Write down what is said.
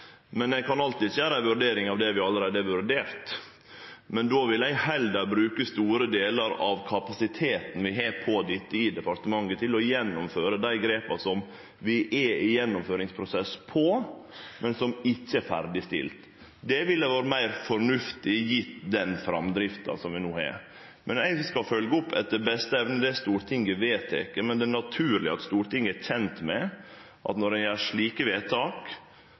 Eg kan alltids gjere ei vurdering av det vi allereie har vurdert, men då vil eg heller bruke store delar av kapasiteten vi har til dette i departementet, til å gjennomføre dei grepa som er i ein gjennomføringsprosess, men som ikkje er ferdigstilte. Det ville ha vore meir fornuftig gitt den framdrifta vi no har. Eg skal etter beste evne følgje opp det Stortinget vedtek, men det er naturleg at Stortinget er kjent med at når ein gjer slike vedtak,